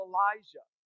Elijah